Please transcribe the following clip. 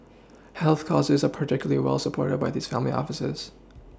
health causes are particularly well supported by these family offices